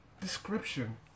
description